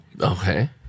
Okay